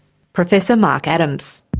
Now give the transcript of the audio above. professor mark adams.